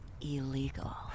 illegal